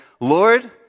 Lord